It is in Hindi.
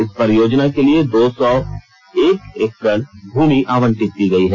इस परियोजना के लिए दो सौ एक एकड़ भूमि आवंटित की गई है